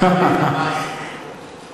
הפעם אתה יודע שזה יתוקן.